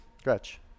Stretch